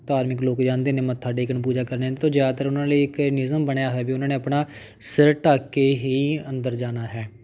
ਧਾਰਮਿਕ ਲੋਕ ਜਾਂਦੇ ਨੇ ਮੱਥਾ ਟੇਕਣ ਪੂਜਾ ਕਰਨੇ ਤੋਂ ਜ਼ਿਆਦਾਤਰ ਉਹਨਾਂ ਲਈ ਇੱਕ ਨਿਯਮ ਬਣਿਆ ਹੋਇਆ ਵੀ ਉਹਨਾਂ ਨੇ ਆਪਣਾ ਸਿਰ ਢੱਕ ਕੇ ਹੀ ਅੰਦਰ ਜਾਣਾ ਹੈ